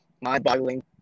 mind-boggling